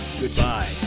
Goodbye